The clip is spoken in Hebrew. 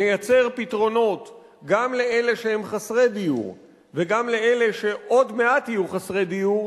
נייצר פתרונות גם לאלה שהם חסרי דיור וגם לאלה שעוד מעט יהיו חסרי דיור,